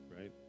Right